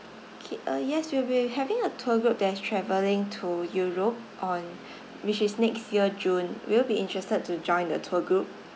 K uh yes we'll be having a tour group that's travelling to europe on which is next year june will you be interested to join the tour group